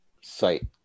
site